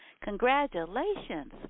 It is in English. congratulations